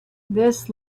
this